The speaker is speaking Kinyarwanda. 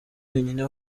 wenyine